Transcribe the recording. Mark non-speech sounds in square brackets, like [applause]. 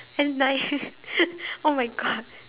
eh like [laughs] oh-my-God